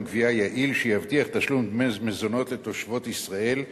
גבייה יעיל שיבטיח תשלום דמי מזונות לתושבות ישראל,